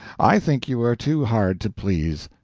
i think you are too hard to please.